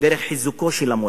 דרך חיזוקו של המורה,